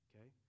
Okay